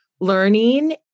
learning